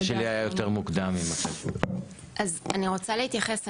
אני רוצה להתייחס.